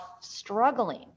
struggling